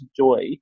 joy